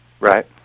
right